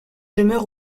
demeure